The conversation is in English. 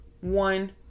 one